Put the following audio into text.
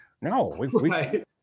No